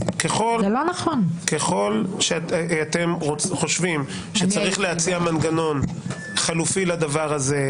ככל שאתם חושבים שצריך להציע מנגנון חלופי לדבר הזה,